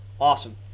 Awesome